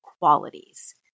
qualities